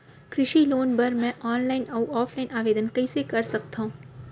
कृषि लोन बर मैं ऑनलाइन अऊ ऑफलाइन आवेदन कइसे कर सकथव?